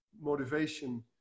motivation